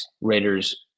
Raiders